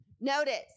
notice